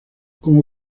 como